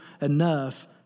enough